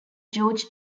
george